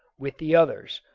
with the others,